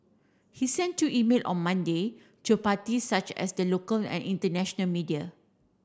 he sent two email on Monday to parties such as the local and international media